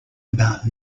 about